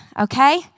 okay